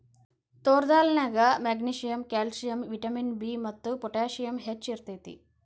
ತೋರ್ ದಾಲ್ ನ್ಯಾಗ magnesium, calcium, vitamin B ಮತ್ತು ಪೊಟ್ಯಾಸಿಯಮ್ ಹೆಚ್ಚ್ ಇರ್ತೇತಿ